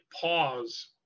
pause